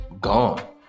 gone